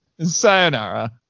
Sayonara